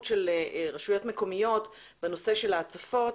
של רשויות מקומיות בנושא של ההצפות.